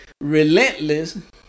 relentless